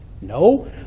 No